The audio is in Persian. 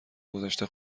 گذشته